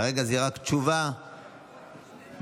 יהיו רק תשובה והצבעה.